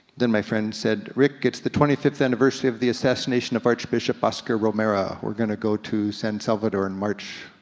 then my friend said, rick, it's the twenty fifth anniversary of the assassination of arch bishop oscar romero. we're gonna go to san salvador and march